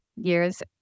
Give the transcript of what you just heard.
years